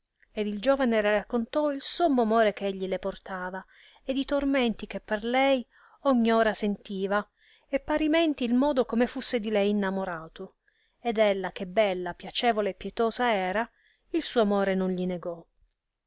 ed il giovane le raccontò il sommo amore che egli le portava ed i tormenti che per lei ogn ora sentiva e parimenti il modo come fusse di lei innamorato ed ella che bella piacevole e pietosa era il suo amore non gli negò